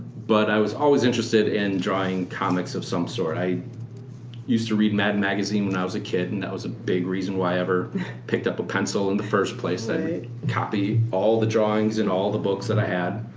but i was always interested in drawing comics of some sort. i used to read mad magazine when i was a kid and that was a big reason why i ever picked up a pencil in the first place. i'd i mean copy all the drawings in all the books that i had.